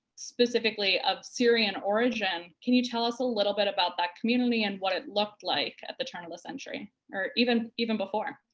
specifically of syrian origin. can you tell us a little bit about that community and what it looked like at the turn of the century or even even before?